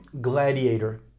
Gladiator